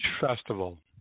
Festival